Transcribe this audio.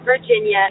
Virginia